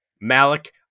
Malik